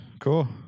Cool